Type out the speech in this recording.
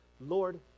Lord